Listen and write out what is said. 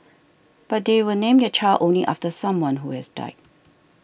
but they will name their child only after someone who has died